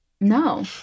No